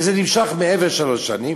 וזה נמשך מעבר לשלוש שנים,